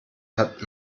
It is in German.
hat